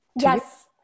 yes